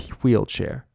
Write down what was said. wheelchair